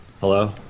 Hello